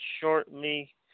shortly